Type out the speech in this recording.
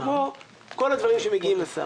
כמו כל הדברים שמגיעים לשר.